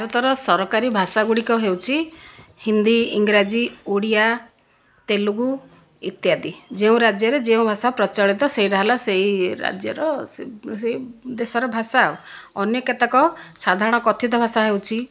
ଭାରତର ସରକାରୀ ଭାଷା ଗୁଡ଼ିକ ହେଉଛି ହିନ୍ଦୀ ଇଂରାଜୀ ଓଡ଼ିଆ ତେଲୁଗୁ ଇତ୍ୟାଦି ଯେଉଁ ରାଜ୍ୟରେ ଯେଉଁ ଭାଷା ପ୍ରଚଳିତ ସେଇଟା ହେଲା ସେହି ରାଜ୍ୟର ସେହି ଦେଶର ଭାଷା ଆଉ ଅନ୍ୟ କେତେକ ସାଧାରଣ କଥିତ ଭାଷା ହେଉଛି